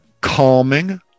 calming